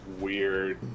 weird